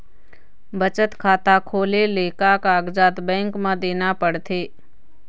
बचत खाता खोले ले का कागजात बैंक म देना पड़थे?